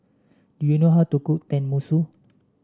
do you know how to cook Tenmusu